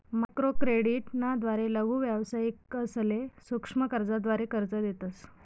microcredit ना द्वारे लघु व्यावसायिकसले सूक्ष्म कर्जाद्वारे कर्ज देतस